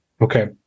Okay